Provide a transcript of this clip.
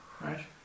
Right